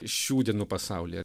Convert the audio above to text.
šių dienų pasaulyje